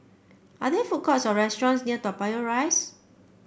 are there food courts or restaurants near Toa Payoh Rise